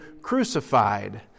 crucified